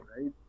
right